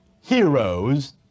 heroes